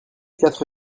quatre